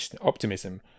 optimism